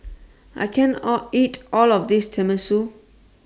I can't All eat All of This Tenmusu